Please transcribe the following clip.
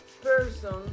person